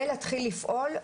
להתחיל לפעול,